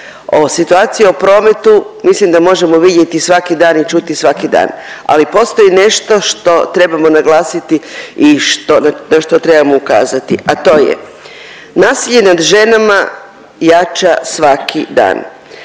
O situaciji u prometu mislim da možemo vidjeti svaki dan i čuti svaki dan, ali postoji nešto što trebamo naglasiti i što, na, na što trebamo ukazati, a to je nasilje nad ženama jača svaki dan.